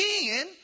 again